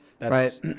Right